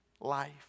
life